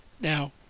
Now